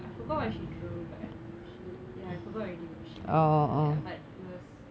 I forgot she drew back but she ya I forgot already what she drew but it was